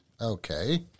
okay